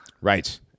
Right